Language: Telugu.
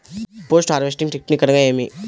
పోస్ట్ హార్వెస్టింగ్ టెక్నిక్ అనగా నేమి?